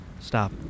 Stop